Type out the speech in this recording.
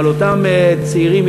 ואותם צעירים,